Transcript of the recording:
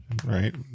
Right